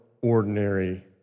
ordinary